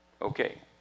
Okay